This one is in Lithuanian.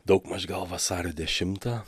daugmaž gal vasario dešimtą